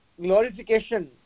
glorification